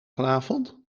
vanavond